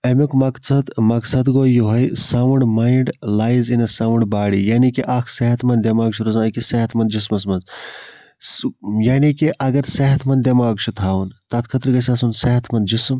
اَمیُک مَقصَد مَقصَد گوٚو یِہوٚے sound mind lies in a sound body یعنی کہِ اکھ صحت مَنٛد دٮ۪ماغ چھُ روزان أکِس صحت مَنٛز جِسمَس مَنٛز یعنی کہِ اگر صحت مَنٛد دماغ چھُ تھاوُن تتھ خٲطرٕ گَژھِ آسُن صحت مَنٛد جسم